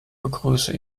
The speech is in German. begrüße